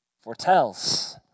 foretells